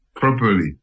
Properly